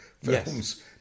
films